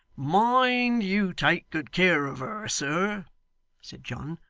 mind you take good care of her, sir said john,